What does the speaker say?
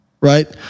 right